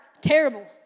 terrible